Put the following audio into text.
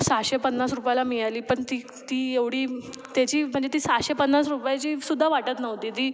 सहाशे पन्नास रुपयाला मिळाली पण ती ती एवढी त्याची म्हणजे ती सहाशे पन्नास रुपयाची सुद्धा वाटत नव्हती ती